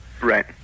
Right